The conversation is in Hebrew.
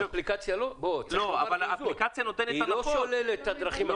האפליקציה לא שוללת את הדרכים הקיימות.